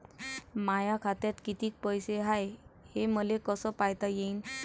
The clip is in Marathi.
माया खात्यात कितीक पैसे हाय, हे मले कस पायता येईन?